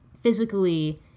physically